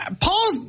Paul